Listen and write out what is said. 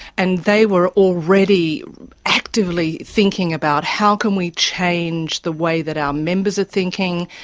and they were already actively thinking about how can we change the way that our members are thinking,